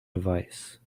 device